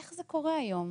איך זה קורה היום?